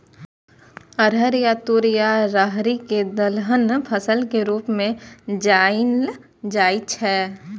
अरहर या तूर या राहरि कें दलहन फसल के रूप मे जानल जाइ छै